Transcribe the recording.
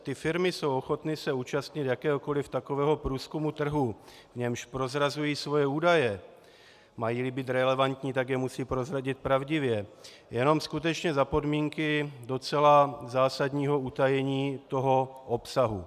Ty firmy jsou ochotny se účastnit jakéhokoli takového průzkumu trhu, v němž prozrazují svoje údaje majíli být relevantní, tak je musí prozradit pravdivě , jenom skutečně za podmínky docela zásadního utajení obsahu.